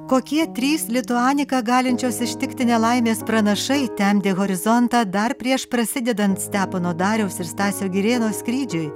kokie trys lituanika galinčios ištikti nelaimės pranašai temdė horizontą dar prieš prasidedant stepono dariaus ir stasio girėno skrydžiui